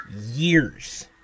years